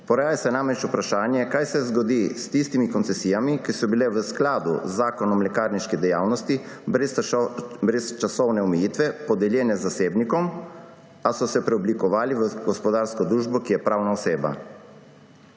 Poraja se namreč vprašanje, kaj se zgodi s tistimi koncesijami, ki so bile v skladu z Zakonom o lekarniški dejavnosti brez časovne omejitve podeljene zasebnikom, a so se preoblikovale v gospodarsko družbo, ki je pravna oseba.